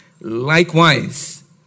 Likewise